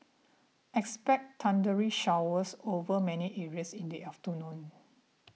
expect thundery showers over many areas in the afternoon